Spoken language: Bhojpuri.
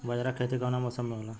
बाजरा के खेती कवना मौसम मे होला?